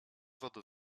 woda